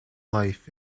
life